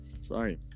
sorry